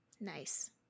Nice